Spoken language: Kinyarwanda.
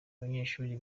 abanyeshuri